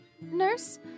Nurse